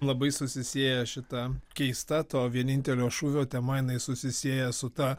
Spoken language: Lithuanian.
labai susisieja šita keista to vienintelio šūvio tema jinai susisieja su ta